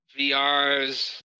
VR's